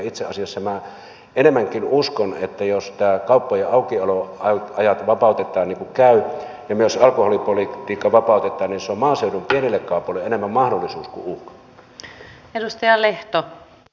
itse asiassa minä enemmänkin uskon että jos nämä kauppojen aukioloajat vapautetaan niin kuin käy ja myös alkoholipolitiikka vapautetaan niin se on maaseudun pienille kaupoille enemmän mahdollisuus kuin uhka